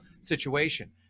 situation